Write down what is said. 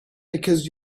because